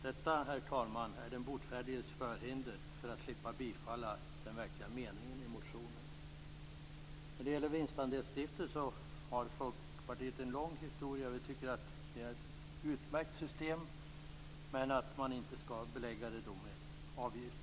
Detta, herr talman, är den botfärdiges förhinder för att slippa tillstyrka motionens verkliga mening. När det gäller detta med vinstandelsstiftelser har Folkpartiet en lång historia. Vi tycker att det här är ett utmärkt system men det skall inte beläggas med avgifter.